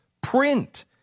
Print